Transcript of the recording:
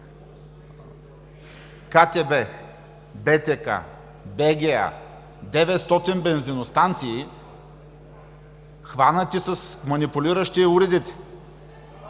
КТБ, БТК, БГА, 900 бензиностанции, хванати манипулиращи уредите.